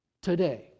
today